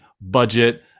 budget